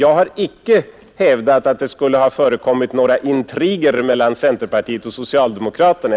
Jag har icke hävdat att det skulle ha förekommit några intriger mellan centerpartiet och socialdemokraterna.